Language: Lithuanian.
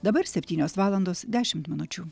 dabar septynios valandos dešimt minučių